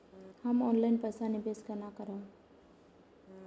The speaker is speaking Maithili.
हम ऑनलाइन पैसा निवेश केना करब?